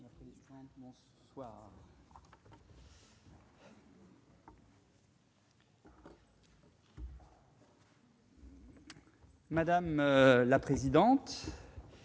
Madame la présidente,